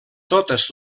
totes